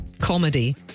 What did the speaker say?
comedy